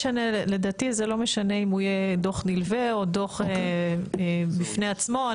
לדעתי זה לא משנה אם הוא יהיה דו"ח נלווה או דו"ח בפני עצמו.